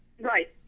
Right